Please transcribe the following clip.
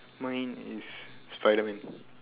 mine is Spiderman